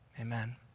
Amen